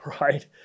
right